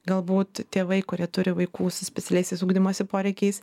galbūt tėvai kurie turi vaikų su specialiaisiais ugdymosi poreikiais